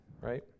Right